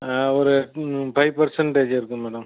ஒரு five percentage இருக்கும் madam